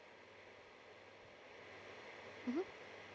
mmhmm